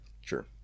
Sure